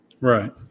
right